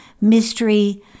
mystery